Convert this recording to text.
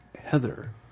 Heather